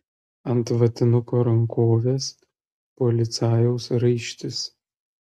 ant vatinuko rankovės policajaus raištis